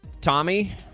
Tommy